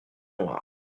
noires